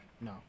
No